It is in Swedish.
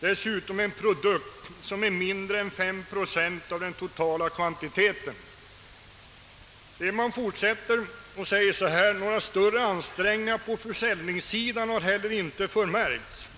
Dessutom en produkt som är mindre än fem procent av den totala kvantiteten.» Man fortsätter sedan: »Några större ansträngningar på försäljningssidan har heller inte förmärkts.